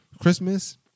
Christmas